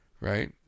Right